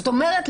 זאת אומרת,